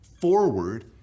forward